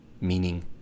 meaning